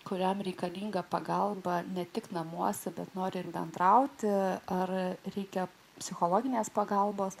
kuriam reikalinga pagalba ne tik namuose bet nori ir bendrauti ar reikia psichologinės pagalbos